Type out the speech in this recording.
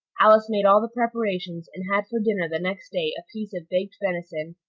alice made all the preparations, and had for dinner the next day a piece of baked venison,